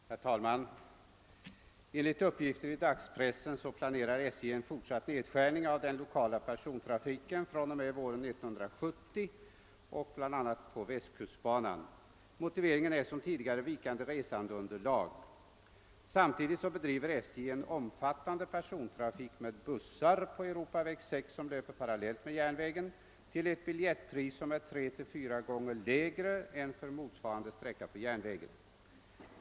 Herr talman! Enligt uppgifter i dagspressen planerar SJ en fortsatt nedskärning av den lokala persontrafiken fr.o.m. våren 1970 på bl.a. västkustbanan. Motiveringen är som tidigare vikande resandeunderlag. Samtidigt bedriver SJ en omfattande persontrafik med bussar på Europaväg 6, som löper parallellt med järnvägen, till ett biljettpris som är mellan en tredjedel och en fjärdedel av priset för motsvarande sträcka på järnvägen.